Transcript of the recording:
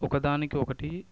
ఒకదానికి ఒకటి